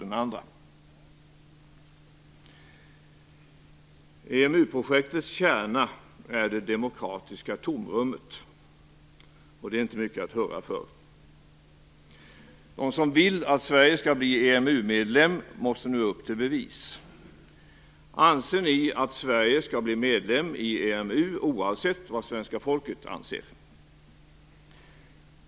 EMU-projektets kärna är det demokratiska tomrummet, och det är inte mycket att hurra för. De som vill att Sverige skall bli EMU-medlem måste nu upp till bevis. Anser ni att Sverige skall bli medlem i EMU oavsett vad svenska folket tycker?